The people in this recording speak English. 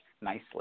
nicely